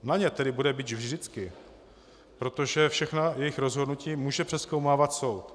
Na ně tedy bude bič vždycky, protože všechna jejich rozhodnutí může přezkoumávat soud.